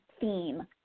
theme